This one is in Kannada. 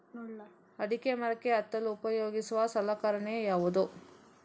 ಅಡಿಕೆ ಮರಕ್ಕೆ ಹತ್ತಲು ಉಪಯೋಗಿಸುವ ಸಲಕರಣೆ ಯಾವುದು?